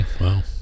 Wow